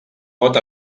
pot